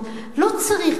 לא צריך,